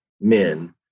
men